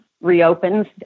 reopens